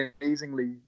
amazingly